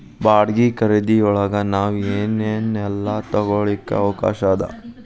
ಬಾಡ್ಗಿ ಖರಿದಿಯೊಳಗ್ ನಾವ್ ಏನ್ ಏನೇಲ್ಲಾ ತಗೊಳಿಕ್ಕೆ ಅವ್ಕಾಷದ?